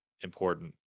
important